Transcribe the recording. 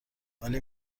ولی